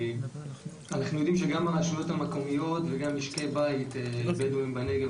אנחנו יודעים שגם הרשויות המקומיות וגם משקי בית בדואיים בנגב,